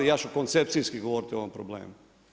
Ja ću koncepcijski govoriti o ovom problemu.